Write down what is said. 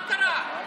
מה קרה?